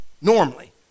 normally